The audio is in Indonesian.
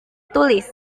tulis